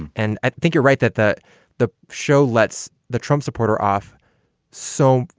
and i think you're right that that the show lets the trump supporter off so,